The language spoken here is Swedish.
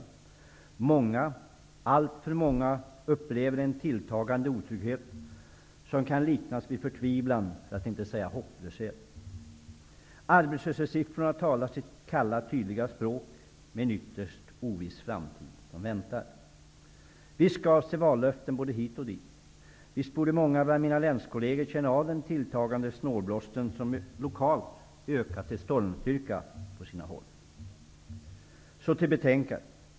Många människor -- allför många -- upplever en tilltagande otrygghet som kan liknas vid förtvivlan, för att inte säga hopplöshet. Arbetslöshetssiffrorna talar sitt kalla tydliga språk. Det är en ytterst oviss framtid som väntar. Visst gavs det vallöften både här och där. Visst borde många bland mina länskolleger känna av den tilltagande snålblåsten som på sina håll lokalt ökat till stormstyrka. Så till betänkandet.